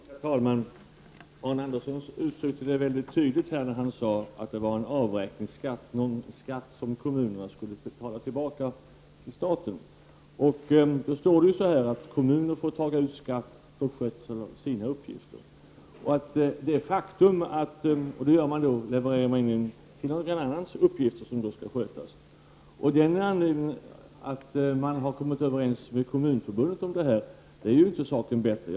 Herr talman! Arne Andersson i Gamleby uttryckte sig mycket tydligt här när han sade att en avräkningsskatt är en skatt som kommunerna måste betala tillbaka till staten. Det står i grundlagen att: ”Kommunerna får taga ut skatt för skötseln av sina uppgifter.” Nu levererar man in medel till någon annans uppgifter som skall skötas. Att man kommit överens med Kommunförbundet om detta gör inte saken bättre.